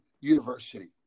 University